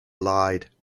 lied